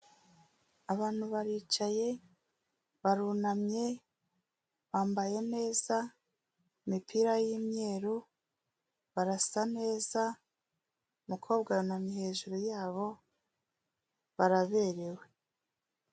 Abantu baricaye barunamye bambaye neza imipira y'imweru, barasa neza umukobwa yunamye hejuru yabo baraberewe.